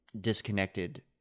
disconnected